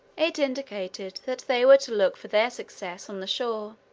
it indicated that they were to look for their success on the shore.